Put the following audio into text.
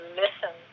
listen